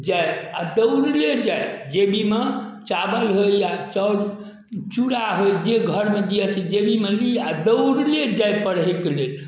जाइ आओर दौड़ले जाइ जेबीमे चावल होइ या चाउर चूड़ा होइ जे घरमे दिए से जेबीमे ली आओर दौड़ले जाइ पढ़ैके लेल